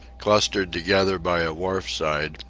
clustered together by a wharf-side,